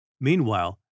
Meanwhile